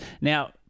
now